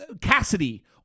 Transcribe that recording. Cassidy